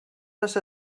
les